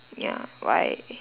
ya why